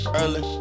early